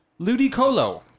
ludicolo